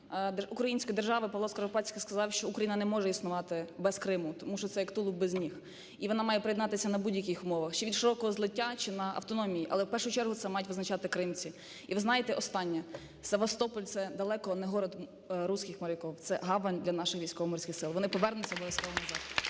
української держави Павло Скоропадський сказав, що Україна не може існувати без Криму, тому що це як тулуб без ніг, і вона має приєднатися на будь-яких умовах, чи від широкого злиття, чи на автономії, але в першу чергу це мають визначати кримці. І, ви знаєте, останнє. Севастополь – це далеко не город русских моряков, це гавань для наших Військово-Морських Сил. Вони повернуться обов'язково назад.